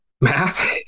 Math